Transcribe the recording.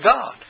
God